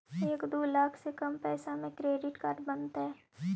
एक दू लाख से कम पैसा में क्रेडिट कार्ड बनतैय?